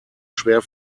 schwer